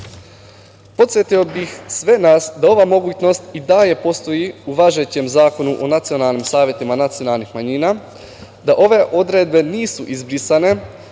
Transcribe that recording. manjina. Podsetio bih sve nas da ova mogućnost i dalje postoji u važećem Zakonu o nacionalnim savetima nacionalnih manjima, da ove odredbe nisu izbrisane,